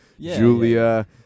julia